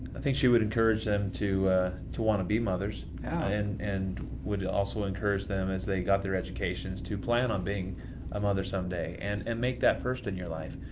i think she would encourage them to to want to be mothers and and would also encourage them as they got their educations to plan on being a mother someday and and make that first in your life.